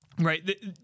right